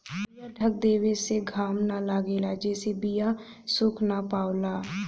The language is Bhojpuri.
बीया ढक देवे से घाम न लगेला जेसे बीया सुख ना पावला